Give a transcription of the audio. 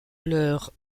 leur